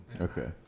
Okay